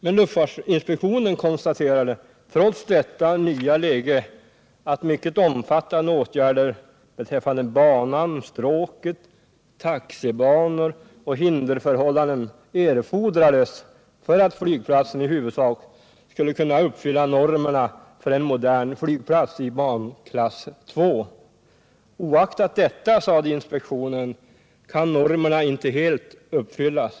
Men luftfartsinspektionen Nr 52 konstaterade trots detta nya läge att mycket omfattande åtgärder be Torsdagen den träffande banan, stråket, taxibanor och hinderförhållandena erfordrades 15 december 1977 för att flygplatsen i huvudsak skulle kunna uppfylla normerna för en Lo modern flygplats i banklass II. Oaktat detta, sade inspektionen, kan nor = Flygplatsfrågan i merna inte helt uppfyllas.